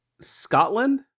Scotland